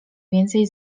więcej